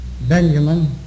Benjamin